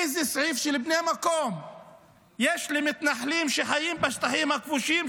איזה סעיף של בני מקום יש למתנחלים שחיים בשטחים הכבושים,